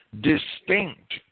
distinct